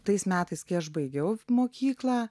tais metais kai aš baigiau mokyklą